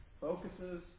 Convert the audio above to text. focuses